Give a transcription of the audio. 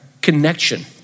connection